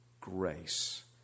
grace